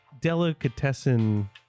delicatessen-